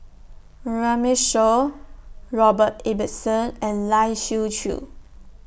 Runme Shaw Robert Ibbetson and Lai Siu Chiu